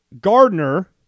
Gardner